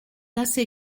assez